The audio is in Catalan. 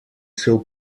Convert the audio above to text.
seu